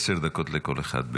עשר דקות לכל אחד.